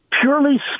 purely